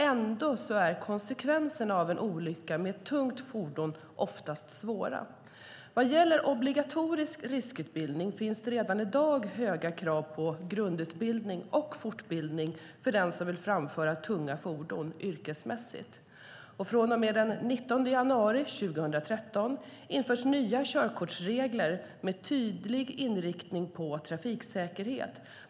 Ändå är konsekvenserna av en olycka med ett tungt fordon ofta svåra. Vad gäller obligatorisk riskutbildning finns det redan i dag höga krav på grundutbildning och fortbildning för den som vill framföra tunga fordon yrkesmässigt. Från och med den 19 januari 2013 införs nya körkortsregler med tydlig inriktning på trafiksäkerhet.